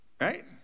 right